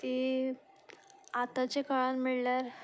ती आतांच्या काळार म्हणल्यार